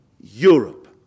Europe